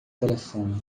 telefone